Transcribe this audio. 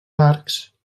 arcs